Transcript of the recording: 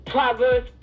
Proverbs